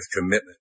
commitment